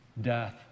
death